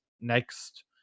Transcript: next